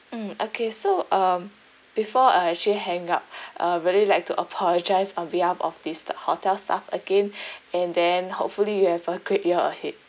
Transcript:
mm okay so um before I actually hang up I really liked to apologise on behalf of this the hotel staff again and then hopefully you have a great year ahead